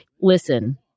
listen